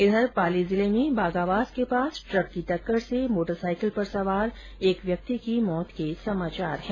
इधर पाली जिले में बागावास के पास ट्रक की टक्कर से मोटरसाईकिल सवार एक थ्यक्ति की मौत हो गई